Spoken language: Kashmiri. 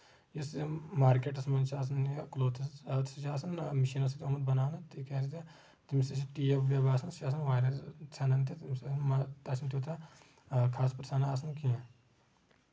یُس مرکیٚٹس منٛز چھ آسان یِم نَہ کلوتھس کلوتھس چھٕ آسان مِشیٖنو سۭتۍ آمٕتۍ بَناونہٕ تِکیٚازِ تٔمِچ یۄس ٹیب ویب آسان سُہ چھٕ واریاہ ژھیٚنان تہ مطلب تَتھ چھ نہ تیوٗتاہ خاص پرژھانا آسان کیٚنٛہہ